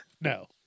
No